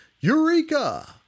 Eureka